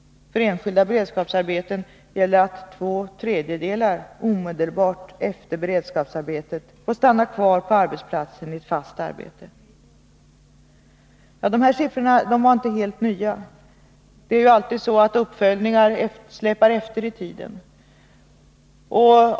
För enskilda beredskapsarbeten gäller att två tredjedelar omedelbart efter beredskapsarbetet får stanna kvar på arbetsplatsen i fast arbete. Dessa siffror är inte helt nya. Det är ju alltid så att uppföljningar släpar efter i tiden.